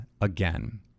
again